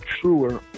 truer